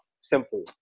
Simple